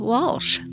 Walsh